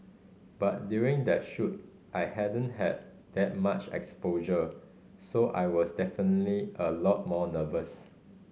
but during that shoot I hadn't had that much exposure so I was definitely a lot more nervous